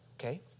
Okay